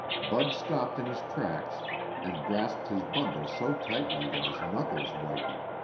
bud stopped in his tracks and grasped his bundle so tightly that his knuckles whitened.